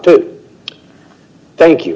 to thank you